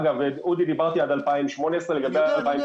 אגב, אודי, דיברתי עד 2018. אני יודע.